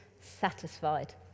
satisfied